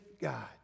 God